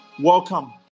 Welcome